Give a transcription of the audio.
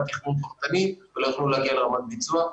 תכנון פרטני ולא יוכלו להגיע לרמת ביצוע.